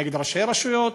נגד ראשי רשויות,